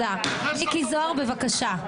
בבקשה.